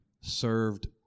served